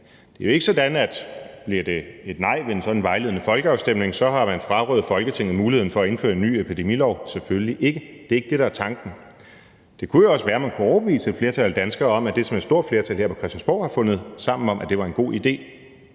Det er jo ikke sådan, at bliver det et nej ved sådan en vejledende folkeafstemning, så har man frarøvet Folketinget muligheden for at indføre en ny epidemilov – selvfølgelig ikke, det er ikke det, der er tanken. Det kunne jo også være, at man kunne overbevise et flertal af danskere om, at det, som et stort flertal her på Christiansborg har fundet sammen om, var en god idé.